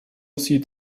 sieht